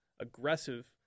aggressive